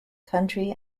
country